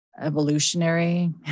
evolutionary